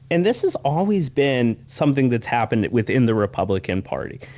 and this has always been something that's happened within the republican party,